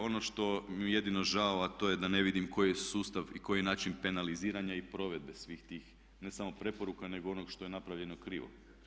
Ono što mi je jedino žao a to je da ne vidim koji je sustav i koji je način penaliziranja i provedbe svih tih ne samo preporuka nego i onog što je napravljeno krivo.